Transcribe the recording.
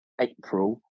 April